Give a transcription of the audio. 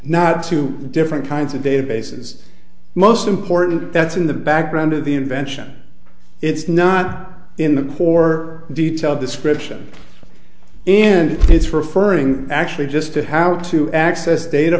not two different kinds of databases most important that's in the background of the invention it's not in the for detailed description and it's referring actually just to how to access data